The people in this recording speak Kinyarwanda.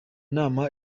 nama